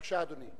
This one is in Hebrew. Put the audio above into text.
בבקשה, אדוני.